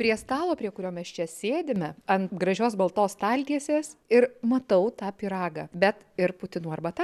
prie stalo prie kurio mes čia sėdime ant gražios baltos staltiesės ir matau tą pyragą bet ir putinų arbata